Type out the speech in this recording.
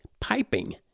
piping